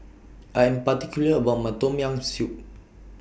I Am particular about My Tom Yam Soup